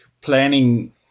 planning